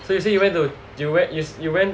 so you say to you went to do is you went